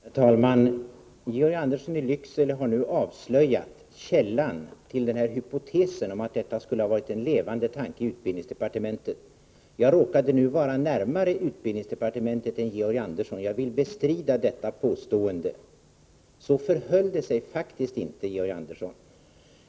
Nr 140 Herr talman! Georg Andersson i Lycksele har nu avslöjat källan till Torsdagen den hypotesen att detta skulle varit en levande tanke i utbildningsdepartementet. 9maj 108 5 Jag råkade nu vara närmare utbildningsdepartementet än Georg Andersson, och jag vill bestrida detta påstående. Så förhöll det sig faktiskt inte, Utbildning för Georg Andersson.